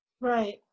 Right